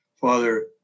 Father